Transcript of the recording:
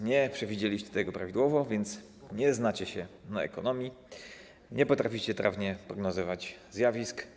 Nie przewidzieliście tego prawidłowo, więc nie znacie się na ekonomii, nie potraficie trafnie prognozować zjawisk.